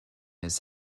his